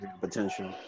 potential